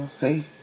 hey